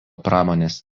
pramonės